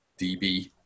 DB